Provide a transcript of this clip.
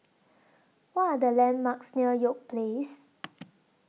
What Are The landmarks near York Place